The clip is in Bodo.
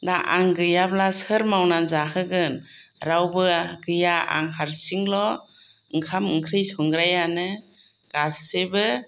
दा आं गैयाब्ला सोर मावनानै जाहोगोन रावबो गैया आं हारसिंल' ओंखाम ओंख्रि संग्रायानो गासैबो